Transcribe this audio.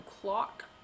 clock